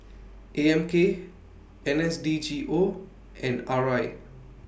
A M K N S D G O and R I